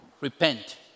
repent